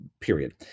period